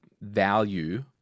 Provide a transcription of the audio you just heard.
value